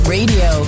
Radio